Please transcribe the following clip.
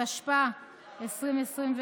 התשפ"א 2021,